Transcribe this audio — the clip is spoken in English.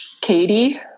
Katie